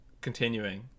continuing